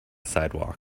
sidewalk